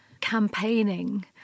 campaigning